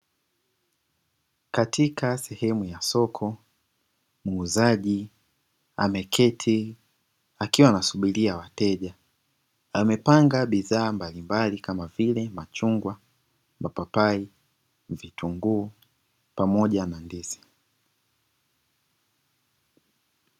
Katika sehemu ya soko, muuzaji ameketi akiwa anasubiria wateja, amepanga bidhaa mbalimbali kama vile machungwa, mapapai, vitunguu pamoja na ndizi.